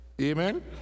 Amen